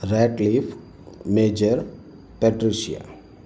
red cliff major patricia